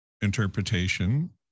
interpretation